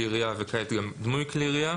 אחרי "כלי הירייה" יבוא "או דמוי כלי הירייה",